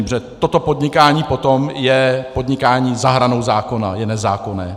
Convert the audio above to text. Protože toto podnikání potom je podnikání za hranou zákona, je nezákonné.